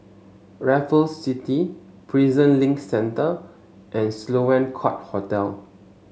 Raffles City Prison Link Centre and Sloane Court Hotel